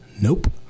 Nope